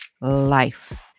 life